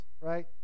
right